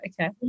okay